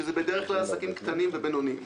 שזה בדרך כלל עסקים קטנים ובינוניים.